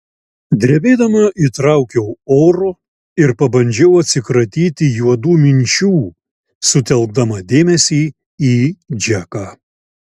drebėdama įtraukiau oro ir pabandžiau atsikratyti juodų minčių sutelkdama dėmesį į džeką